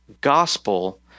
gospel